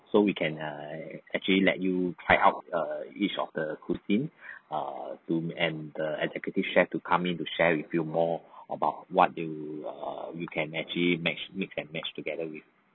so we can err actually let you try out err each of the cuisine err to and the executive chef to come in to share with you more about what do you err we can actually match mix and match together with